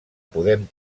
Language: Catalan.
podem